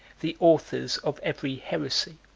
the authors of every heresy